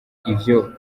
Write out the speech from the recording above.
ivyo